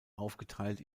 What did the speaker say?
aufgeteilt